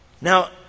Now